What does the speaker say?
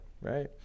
Right